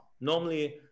Normally